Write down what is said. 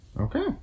Okay